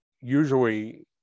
usually